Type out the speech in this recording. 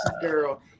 girl